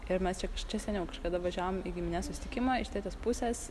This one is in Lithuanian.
ir mes čia kas čia seniau kažkada važiavom į giminės susitikimą iš tėtės pusės